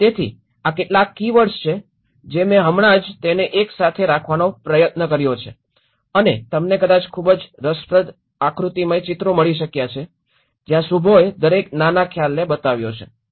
તેથી આ કેટલાક કીવર્ડ્સ છે જે મેં હમણાં જ તેને એક સાથે રાખવાનો પ્રયત્ન કર્યો છે અને તમને કદાચ ખૂબ જ રસપ્રદ આકૃતિત્મક ચિત્રો મળી શક્યાં છે જ્યાં શુભોએ દરેક નાના ખ્યાલને બતાવ્યો છે